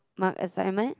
marked assignment